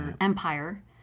empire